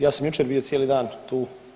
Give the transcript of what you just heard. Ja sam jučer bio cijeli dan tu.